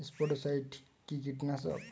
স্পোডোসাইট কি কীটনাশক?